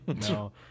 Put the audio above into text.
No